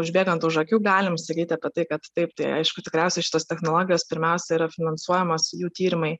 užbėgant už akių galim sakyti apie tai kad taip tai aišku tikriausiai šitos technologijos pirmiausia yra finansuojamos jų tyrimai